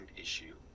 issue